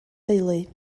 deulu